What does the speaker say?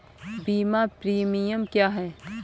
बीमा प्रीमियम क्या है?